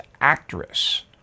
Actress